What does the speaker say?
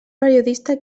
periodista